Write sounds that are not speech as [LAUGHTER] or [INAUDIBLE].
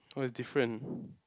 oh it's different [BREATH]